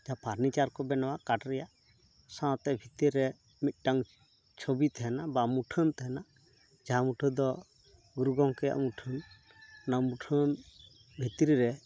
ᱡᱟᱦᱟᱸ ᱯᱷᱟᱨᱱᱤᱪᱟᱨ ᱠᱚ ᱵᱮᱱᱟᱣᱟ ᱠᱟᱴ ᱨᱮᱭᱟᱜ ᱥᱟᱶᱛᱮ ᱵᱷᱤᱛᱤᱨ ᱨᱮ ᱢᱤᱫᱴᱟᱝ ᱪᱷᱚᱵᱤ ᱛᱟᱦᱮᱱᱟ ᱵᱟ ᱢᱩᱴᱷᱟᱹᱱ ᱛᱟᱦᱮᱱᱟ ᱡᱟᱦᱟᱸ ᱢᱩᱴᱷᱟᱹᱱ ᱫᱚ ᱜᱩᱨᱩ ᱜᱚᱝᱠᱮᱭᱟᱜ ᱢᱩᱴᱷᱟᱹᱱ ᱚᱱᱟ ᱢᱩᱴᱷᱟᱹᱱ ᱵᱷᱤᱛᱨᱤ ᱨᱮ